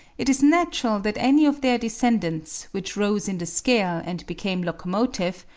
it is natural that any of their descendants, which rose in the scale and became locomotive,